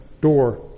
door